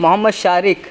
Muhammad Shariq